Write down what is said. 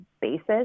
basis